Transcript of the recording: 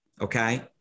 okay